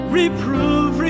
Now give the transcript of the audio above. reprove